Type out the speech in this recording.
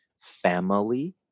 family